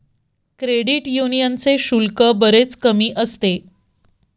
credit यूनियनचे शुल्क बरेच कमी असते